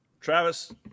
Travis